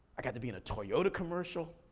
i got to be in a toyota commercial.